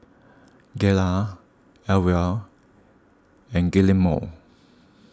Gayla Elvia and Guillermo